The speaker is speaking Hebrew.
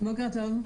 בוקר טוב.